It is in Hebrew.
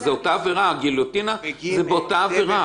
זו אותה עבירה, גיליוטינה זה באותה עבירה.